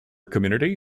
community